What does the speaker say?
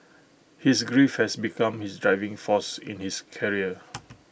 his grief has become his driving force in his career